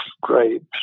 grapes